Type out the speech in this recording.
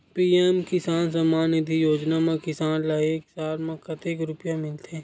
PM Kisan Samman Nidhi Yojana म किसान ल एक साल म कतेक रुपिया मिलथे?